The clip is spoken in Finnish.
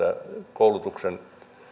koulutuksen